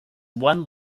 one